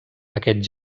aquest